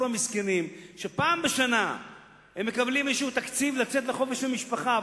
המסכנים שפעם בשנה מקבלים איזשהו תקציב לצאת לחופש עם המשפחה,